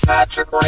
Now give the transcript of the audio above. Patrick